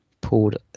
pulled